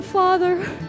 Father